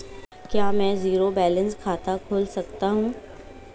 क्या मैं zero balance खाता खोल सकता हूँ?